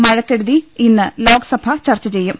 മഴക്കെടുതി ഇന്ന് ലോക്സഭ ചർച്ച ചെയ്യും